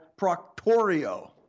Proctorio